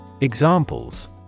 Examples